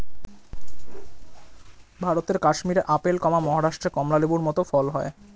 ভারতের কাশ্মীরে আপেল, মহারাষ্ট্রে কমলা লেবুর মত ফল হয়